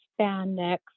spandex